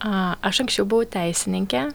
a aš anksčiau buvau teisininkė